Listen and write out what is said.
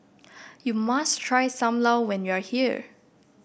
you must try Sam Lau when you are here